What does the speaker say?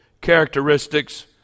characteristics